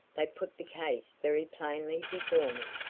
they put the case very plainly before me.